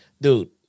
dude